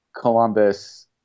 Columbus